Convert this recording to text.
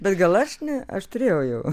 bet gal aš ne aš turėjau jau